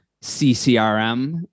CCRM